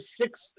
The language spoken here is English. six